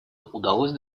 удалось